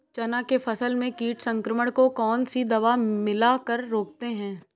चना के फसल में कीट संक्रमण को कौन सी दवा मिला कर रोकते हैं?